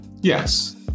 Yes